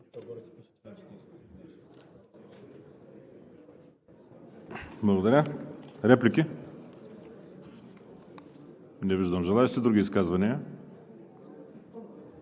Благодаря. Реплики? Не виждам желаещи. Други изказвания?